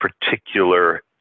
particular